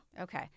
Okay